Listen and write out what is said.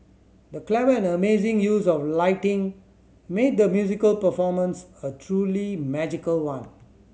the clever and amazing use of lighting made the musical performance a truly magical one